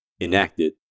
enacted